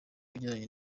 bijyanye